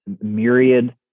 myriad